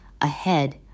ahead